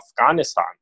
Afghanistan